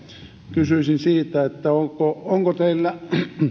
kysyisin onko onko teillä